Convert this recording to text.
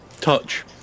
Touch